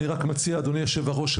אני מציע אדוני היושב ראש,